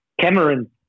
Cameron